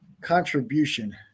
contribution